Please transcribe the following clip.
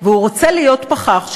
והוא רוצה להיות פחח,